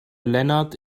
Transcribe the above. lennart